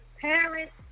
parents